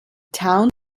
town